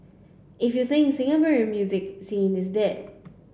if you think the Singaporean music scene is dead